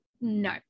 no